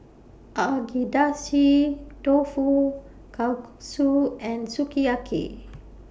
Agedashi Dofu Kalguksu and Sukiyaki